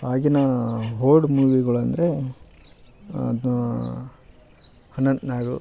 ಆಗಿನ ಹೊಲ್ಡ್ ಮೂವಿಗಳು ಅಂದರೆ ಅದು ಅನಂತ್ನಾಗು